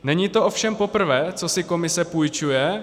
Není to ovšem poprvé, co si Komise půjčuje.